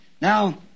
Now